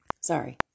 Sorry